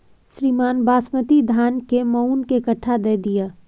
श्रीमान बासमती धान कैए मअन के कट्ठा दैय छैय?